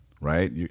Right